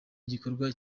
igikorwa